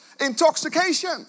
Intoxication